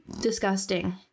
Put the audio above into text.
disgusting